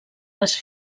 les